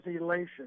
elation